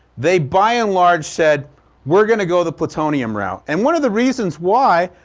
they by-in-large said we're going to go the plutonium route. and one of the reasons why,